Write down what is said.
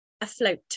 afloat